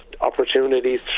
opportunities